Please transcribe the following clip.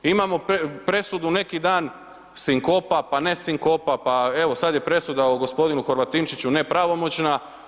Imamo presudu, neki dan sinkopa, pa ne sinkopa, pa evo sada je presuda o gospodinu Horvatinčiću nepravomoćna.